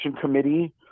committee